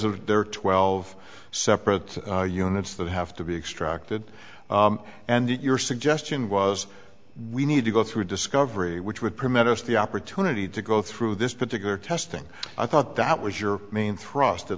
of their twelve separate units that have to be extracted and your suggestion was we need to go through discovery which would permit us the opportunity to go through this particular testing i thought that was your main thrust at